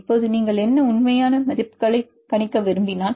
இப்போது நீங்கள் உண்மையான மதிப்புகளை கணிக்க விரும்பினால்